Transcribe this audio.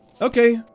Okay